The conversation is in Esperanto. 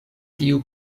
tiu